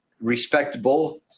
respectable